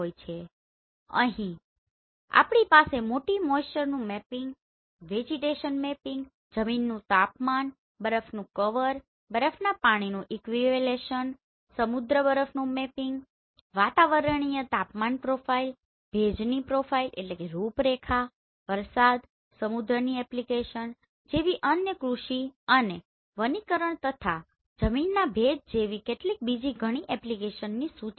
અને અહીં આપણી પાસે માટી મોઈસ્ચરનું મેપિંગવેજીટેશન મેપિંગ જમીનનું તાપમાન બરફનું કવર બરફના પાણીનું ઇક્વીવેલેન્સ સમુદ્ર બરફનું મેપિંગ વાતાવરણીય તાપમાન પ્રોફાઇલ ભેજની પ્રોફાઈલProfileરૂપરેખા વરસાદ સમુદ્રની એપ્લિકેશન જેવી અન્ય કૃષિ અને વનીકરણ તથા જમીનના ભેજ જેવી કેટલીક બીજી ઘણી એપ્લીકેશનની સૂચિ છે